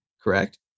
correct